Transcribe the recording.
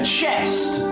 chest